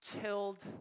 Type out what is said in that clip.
killed